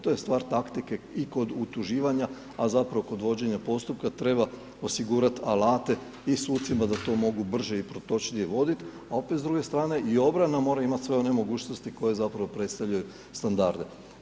To je stvar taktike i kod utuživanja, a zapravo kod vođenja postupka treba osigurati alate i sucima da to mogu brže i protočnije vodit, a opet s druge strane i obrana mora imati sve one mogućnosti koje zapravo predstavljaju standarde.